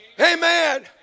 Amen